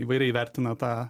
įvairiai vertina tą